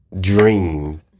dream